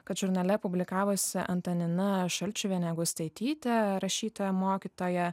kad žurnale publikavosi antanina šalčiuvienė gustaitytė rašytoja mokytoja